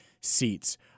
seats